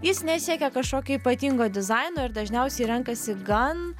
jis nesiekia kažkokio ypatingo dizaino ir dažniausiai renkasi gan